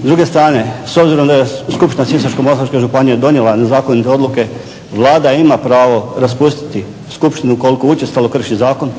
S druge strane, s obzirom da je Skupština Sisačko-moslavačke županije donijela nezakonite odluke Vlada ima pravo raspustiti skupštinu ukoliko učestalo krši zakon.